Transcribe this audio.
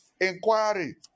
inquiry